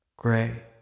Gray